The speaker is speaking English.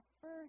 first